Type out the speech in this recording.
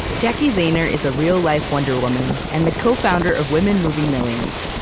jacki zehner is a real-life wonder woman and the co-founder of women moving millions.